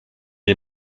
est